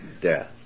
death